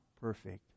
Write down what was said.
perfect